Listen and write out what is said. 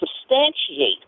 substantiate